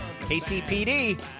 KCPD